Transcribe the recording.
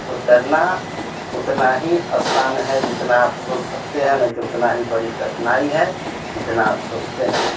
तो तैरना उतना ही असान है जितना आप सोच सकते हैं नहीं तो उतना ही बड़ी कठिनाई है जितना आप सोचते नहीं है